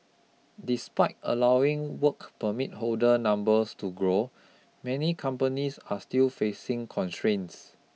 despite allowing work permit holder numbers to grow many companies are still facing constraints